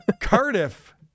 Cardiff